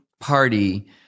party